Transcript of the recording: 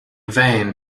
vain